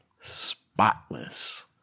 spotless